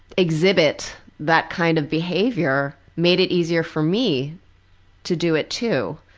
exhibit that kind of behavior, made it easier for me to do it too.